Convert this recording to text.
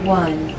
one